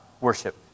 worship